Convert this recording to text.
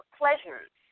pleasures